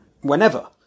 whenever